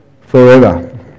forever